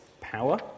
power